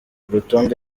urutonde